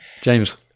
James